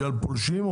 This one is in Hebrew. בגלל פולשים?